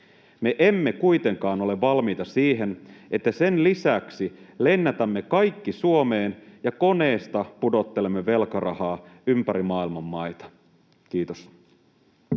Me emme kuitenkaan ole valmiita siihen, että sen lisäksi lennätämme kaikki Suomeen ja koneesta pudottelemme velkarahaa ympäri maailman maita. — Kiitos.